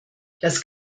das